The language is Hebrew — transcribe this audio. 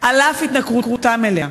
על אף התנכרותם אליה.